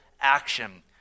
action